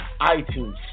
iTunes